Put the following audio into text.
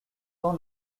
tant